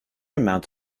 amounts